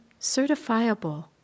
certifiable